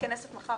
היא מתכנסת מחר.